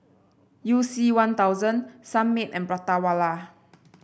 You C One Thousand Sunmaid and Prata Wala